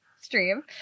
stream